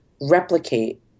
replicate